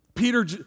Peter